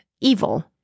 evil